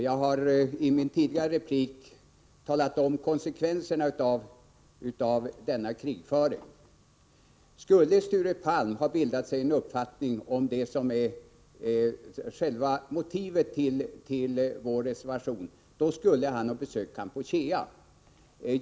Jag har i min tidigare replik talat om konsekvenserna av denna krigföring. Skulle Sture Palm ha bildat sig en uppfattning om det som är själva motivet till vår reservation, skulle han ha besökt Kampuchea.